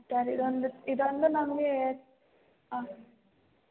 sir ಇದೊಂದು ಇದೊಂದು ನಮಗೆ ಆಂ